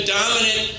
dominant